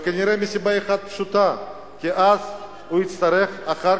אבל כנראה מסיבה אחת פשוטה: כי אז הוא יצטרך אחר